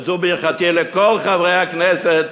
וזו ברכתי לכל חברי הכנסת,